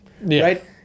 Right